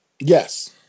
Yes